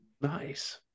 Nice